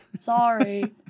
Sorry